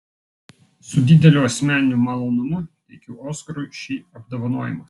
su dideliu asmeniniu malonumu teikiu oskarui šį apdovanojimą